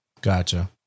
Gotcha